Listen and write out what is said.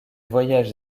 voyages